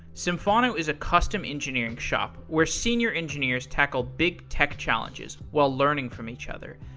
symphono is a custom engineering shop where senior engineers tackle big tech challenges while learning from each other.